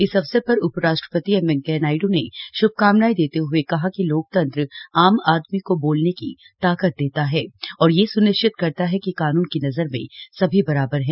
इस अवसर पर उपराष्ट्रपति एम वेंकैया नायड़ ने शभकामनाएं देते हए कहा कि लोकतंत्र आम आदमी को बोलने की ताकत देता है और यह स्निश्चित करता है कि कानून की नजर में सभी बराबर हैं